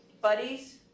buddies